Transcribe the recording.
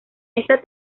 esta